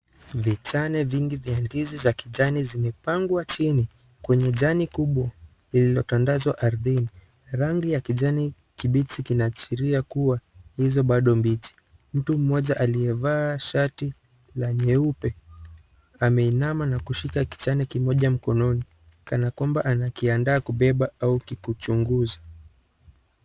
Vichane vingi vya ndizi za kijani zimepangwa chini kwenye jani kubwa lililotandazwa ardhini. Rangi ya kijani kibichi kinaashiria kuwa hizo bado mbichi, mtu mmoja aliyevaa shati la nyeupe ameinama na kushika kichane kimoja mkononi kana kwamba anakiandaa au kukichunguza.